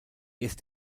ist